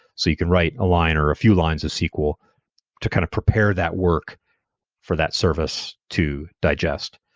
so you can write a line or a few lines of sql to kind of prepare that work for that service to digest.